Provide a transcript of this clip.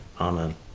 Amen